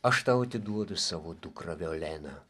aš tau atiduodu savo dukrą violeną